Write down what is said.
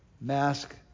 mask